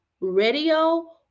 radio